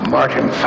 Martin